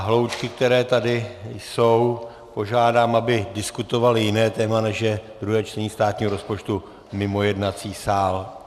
Hloučky, které tady jsou, požádám, aby diskutovaly jiné téma, než je druhé čtení státního rozpočtu, mimo jednací sál.